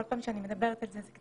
כל פעם שאני מדברת על זה,